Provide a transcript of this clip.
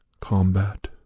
combat